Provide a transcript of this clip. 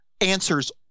answers